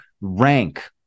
rank